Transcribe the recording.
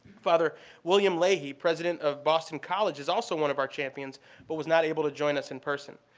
father william leahy, president of boston college, is also one of our champions but was not able to join us in person.